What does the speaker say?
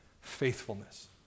faithfulness